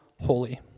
Holy